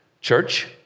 church